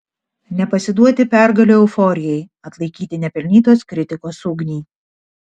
nepasiduoti pergalių euforijai atlaikyti nepelnytos kritikos ugnį